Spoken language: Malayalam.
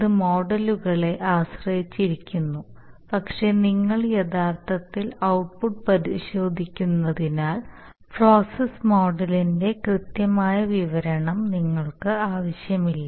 ഇത് മോഡലുകളെ ആശ്രയിച്ചിരിക്കുന്നു പക്ഷേ നിങ്ങൾ യഥാർത്ഥത്തിൽ ഔട്ട്പുട്ട് പരിശോധിക്കുന്നതിനാൽ പ്രോസസ്സ് മോഡലിന്റെ കൃത്യമായ വിവരണം നിങ്ങൾക്ക് ആവശ്യമില്ല